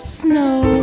snow